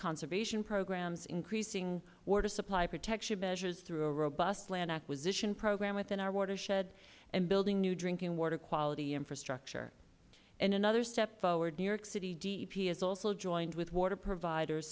conservation programs increasing water supply protection measures through a robust land acquisition program within our watershed and building new drinking water quality infrastructure in another step forward new york city dep has also joined with water providers